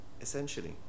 essentially